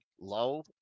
low